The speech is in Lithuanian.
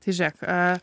tai žiūrėk e